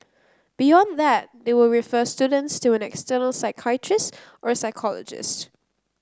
beyond that they will refer students to an external psychiatrist or psychologist